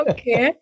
Okay